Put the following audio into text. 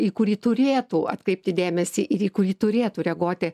į kurį turėtų atkreipti dėmesį ir į kurį turėtų reaguoti